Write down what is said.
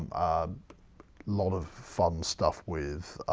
a lot of fun stuff with